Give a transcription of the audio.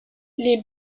les